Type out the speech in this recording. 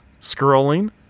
scrolling